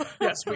Yes